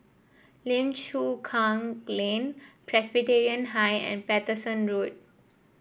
Lim Chu Kang Lane Presbyterian High and Paterson Road